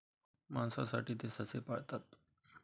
मांसासाठी ते ससे पाळतात